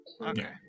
Okay